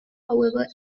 however